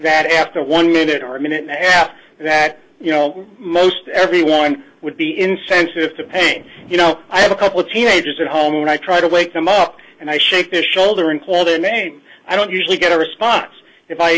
that after one minute or a minute you know most everyone would be insensitive to pay you know i have a couple of teenagers at home and i try to wake them up and i shake their shoulder and call their name i don't usually get a response if i